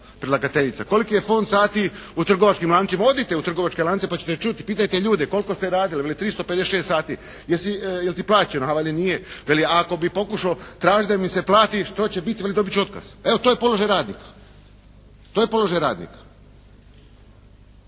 predlagateljica. Koliki je fond sati u trgovačkim lancima? Odite u trgovačke lance pa ćete čuti, pitajte ljudi koliko ste radili, veli 356 sati. Jel' ti plaćeno, veli nije. Veli a ako bi pokušao tražiti da mi se plati, što će biti, veli dobit ću otkaz. Evo to je položaj radnika. To je položaj radnika.